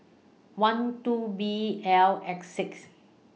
one two B L X six